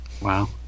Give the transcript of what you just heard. Wow